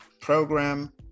Program